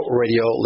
radio